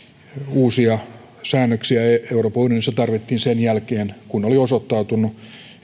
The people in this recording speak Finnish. uusia säännöksiä euroopan unionissa tarvittiin sen jälkeen kun oli osoittautunut että